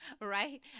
Right